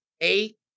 eight